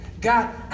God